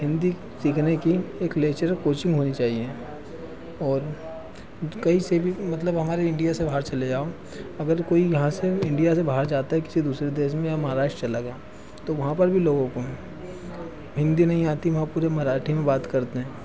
हिन्दी सीखने की एक लेक्चरर कोचिंग होनी चाहिए और कहीं से भी मतलब हमारे इंडिया से बाहर चले जाओ अगर कोई यहाँ से इंडिया से बाहर जाता है किसी दूसरे देश में या महराष्ट्र चला गया तो वहाँ पर भी लोगों को हिन्दी नहीं आती वहाँ पूरे मराठी में बात करते हैं